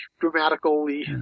dramatically